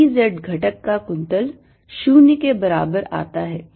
इसलिए E z घटक का कुंतल 0 के बराबर आता है